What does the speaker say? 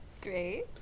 Great